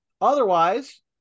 Otherwise